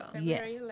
Yes